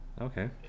Okay